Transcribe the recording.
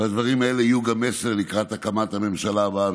והדברים האלה יהיו גם מסר לקראת הקמת הממשלה הבאה,